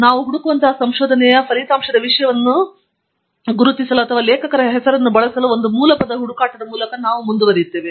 ನಾವು ಹುಡುಕುವಂತಹ ಸಂಶೋಧನೆಯ ಫಲಿತಾಂಶದ ವಿಷಯವನ್ನು ಗುರುತಿಸಲು ಅಥವಾ ಲೇಖಕರ ಹೆಸರನ್ನು ಬಳಸಲು ಒಂದು ಮೂಲಪದ ಹುಡುಕಾಟದ ಮೂಲಕ ನಾವು ಏನು ಹೇಳುತ್ತೇವೆ